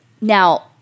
Now